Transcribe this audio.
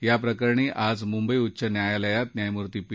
याप्रकरणी आज मुंबई उच्च न्यायालयात न्यायमूर्ती पी